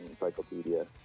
encyclopedia